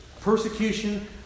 Persecution